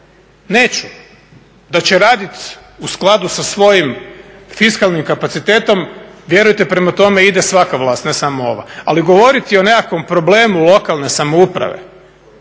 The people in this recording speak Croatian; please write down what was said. neću. Da će raditi u skladu sa svojim fiskalnim kapacitetom, vjerujte prema tome ide svaka vlast, ne samo ova. Ali govoriti o nekakvom problemu lokalne samouprave